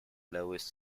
lowest